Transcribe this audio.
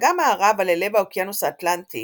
הפלגה מערבה ללב האוקיינוס האטלנטי